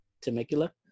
temecula